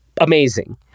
amazing